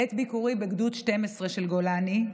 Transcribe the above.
בעת ביקורי בגדוד 12 של גולני,